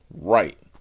Right